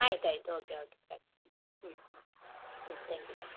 ಆಯ್ತು ಆಯಿತು okay okay ಸರಿ ಹ್ಞೂ ಹ್ಞೂ ತ್ಯಾಂಕ್ ಯು ತ್ಯಾಂಕ್ ಯು